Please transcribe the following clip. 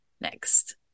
next